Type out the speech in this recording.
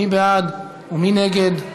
מי בעד ומי נגד?